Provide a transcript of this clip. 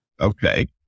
okay